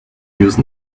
use